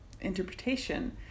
interpretation